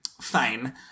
fine